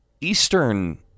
Eastern